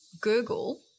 Google